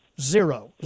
Zero